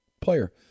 player